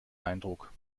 eindruck